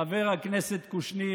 חבר הכנסת קושניר,